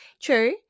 True